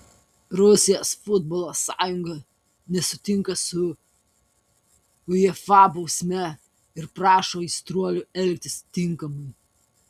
rusijos futbolo sąjunga nesutinka su uefa bausme ir prašo aistruolių elgtis tinkamai